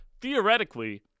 theoretically